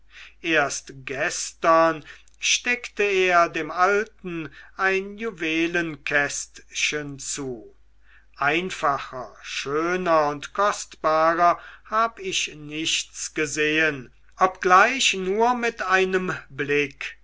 erst gestern steckte er dem alten ein juwelenkästchen zu einfacher schöner und kostbarer hab ich nichts gesehen obgleich nur mit einem blick